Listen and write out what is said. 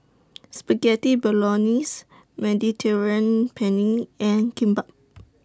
Spaghetti Bolognese Mediterranean Penne and Kimbap